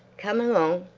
come along!